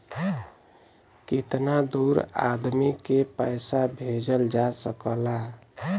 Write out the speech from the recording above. कितना दूर आदमी के पैसा भेजल जा सकला?